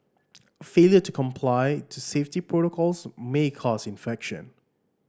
failure to comply to safety protocols may cause infection